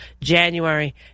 January